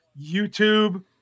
YouTube